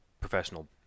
professional